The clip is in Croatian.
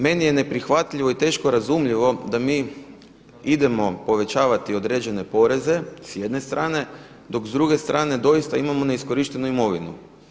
Meni je neprihvatljivo i teško razumljivo da mi idemo povećavati određene poreze s jedne strane, dok s druge strane doista imamo neiskorištenu imovinu.